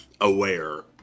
aware